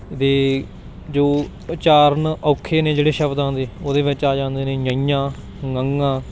ਇਹਦੇ ਜੋ ਉਚਾਰਨ ਔਖੇ ਨੇ ਜਿਹੜੇ ਸ਼ਬਦਾਂ ਦੇ ਉਹਦੇ ਵਿੱਚ ਆ ਜਾਂਦੇ ਨੇ ਙ ਞ